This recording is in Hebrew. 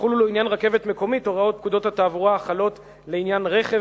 יחולו לעניין רכבת מקומית הוראות פקודות התעבורה החלות לעניין רכב,